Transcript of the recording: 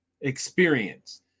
experience